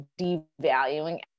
devaluing